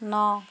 ন